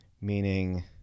meaning